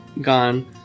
gone